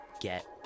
get